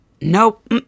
Nope